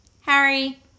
Harry